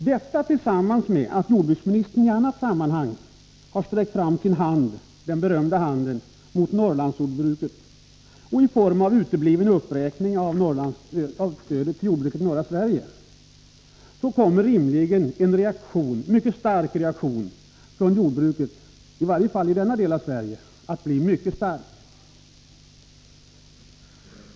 Detta tillsammans med att jordbruksministern i annat sammanhang har sträckt fram sin hand — den berömda handen —- mot Norrlandsjordbruket genom att förorda att uppräkning av stödet till jordbruket i norra Sverige inte sker, kommer rimligen att innebära att reaktionen från jordbruket, i varje fall i denna del av Sverige, kommer att bli mycket stark.